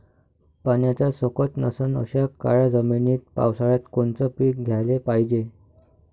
पाण्याचा सोकत नसन अशा काळ्या जमिनीत पावसाळ्यात कोनचं पीक घ्याले पायजे?